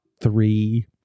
three